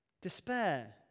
Despair